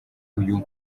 uyu